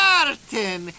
Martin